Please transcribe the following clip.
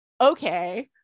okay